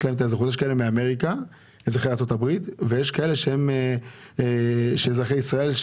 יש כאלה שהם אזרחי ארצות-הברית ויש כאלה שהם אזרחי ישראל.